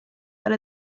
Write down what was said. that